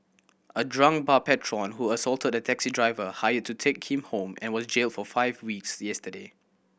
a drunk bar patron who assaulted a taxi driver hired to take him home and was jailed for five weeks yesterday